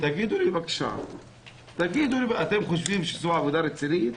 תגידו לי, אתם חושבים שזאת עבודה רצינית?